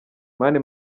mani